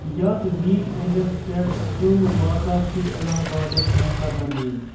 یتھ ویٖکینڈَس پیٹھ کم واقعہٕ چِھ اللہ آبادس منز سپدن وٲلۍ